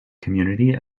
community